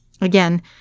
Again